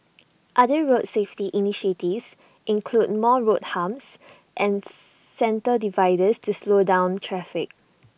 other road safety initiatives include more road humps and centre dividers to slow down traffic